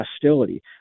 hostility